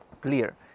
clear